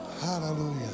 Hallelujah